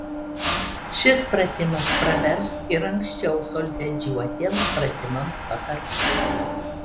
šis pratimas pravers ir anksčiau solfedžiuotiems pratimams pakartoti